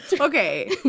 Okay